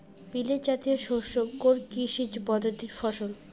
Millet জাতীয় শস্য কোন কৃষি পদ্ধতির ফসল?